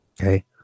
okay